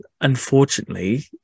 unfortunately